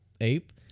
ape